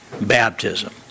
baptism